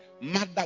mother